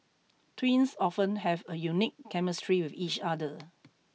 twins often have a unique chemistry with each other